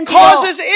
causes